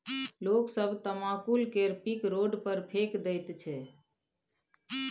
लोग सब तमाकुल केर पीक रोड पर फेकि दैत छै